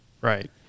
Right